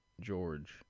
George